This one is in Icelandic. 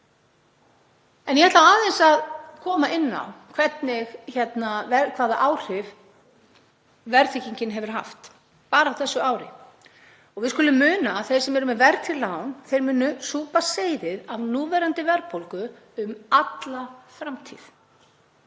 Ég ætla aðeins að koma inn á það hvaða áhrif verðtryggingin hefur haft bara á þessu ári. Við skulum muna að þeir sem eru með verðtryggð lán munu súpa seyðið af núverandi verðbólgu um alla framtíð,